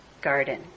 garden